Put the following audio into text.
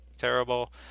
terrible